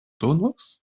donos